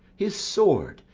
his sword,